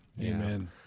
Amen